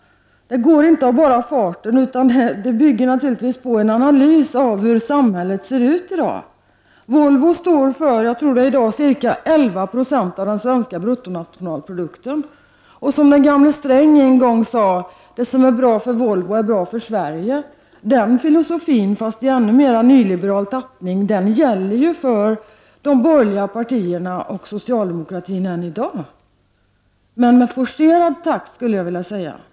Det går inte av bara farten, utan det bygger naturligtvis på en analys av hur samhället ser ut i dag. Volvo står i dag för ca 11 90 av den svenska bruttonationalprodukten. Det är som gamle Sträng en gång sade: ”Det som är bra för Volvo är bra för Sverige.” Den filosofin, fast i en ännu mer nyliberal tappning, gäller ju för de borgerliga partierna och socialdemokratin än i dag — men i mer forcerad takt.